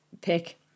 pick